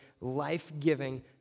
life-giving